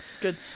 good